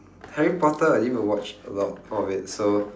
harry-potter I didn't even watch a lot of it so